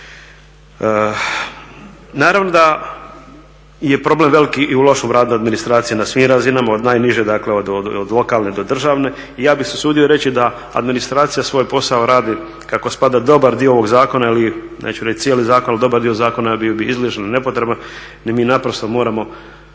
Naravno da je problem veliki i u lošem radu administracije na svim razinama od najniže, dakle od lokalne do državne. I ja bih se usudio reći da administracija svoj posao radi kako spada. Dobar dio ovog zakona ili neću reći cijeli zakon, ali dobar dio zakona bi bio izliježan, nepotreban. Mi naprosto moramo